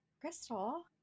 Crystal